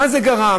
מה זה גרם?